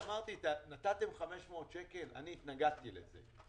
נתתם 500 שקל התנגדתי לזה.